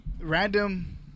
random